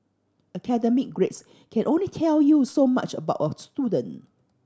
academic grades can only tell you so much about a student